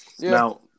Now